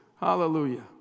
Hallelujah